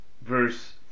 verse